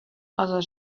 other